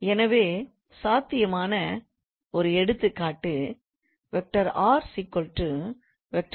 எனவே சாத்தியமான ஒரு எடுத்துக்காட்டு 𝑟⃗ 𝑓⃗𝑡